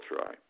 try